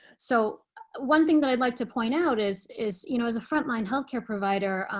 so one thing that i'd like to point out is is you know as a frontline health care provider,